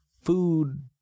food